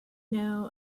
know